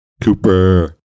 Cooper